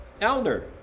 elder